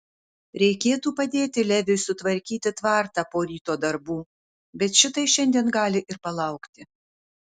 reikėtų padėti leviui sutvarkyti tvartą po ryto darbų bet šitai šiandien gali ir palaukti